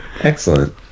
excellent